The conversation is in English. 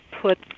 put